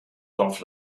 dorf